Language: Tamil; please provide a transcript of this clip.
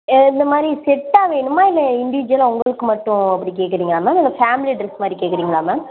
இந்தமாதிரி செட்டாக வேணுமா இல்லை இன்டியூஜ்சுவலாக உங்களுக்கு மட்டும் அப்படி கேட்குறீங்களா மேம் இல்லை ஃபேமிலி ட்ரெஸ்மாதிரி கேட்குறீங்களா மேம்